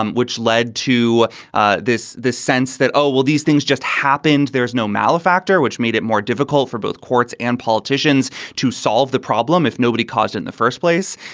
um which led to ah this this sense that, oh, well, these things just happened. there's no malefactor, which made it more difficult for both courts and politicians to solve the problem if nobody caused in the first place.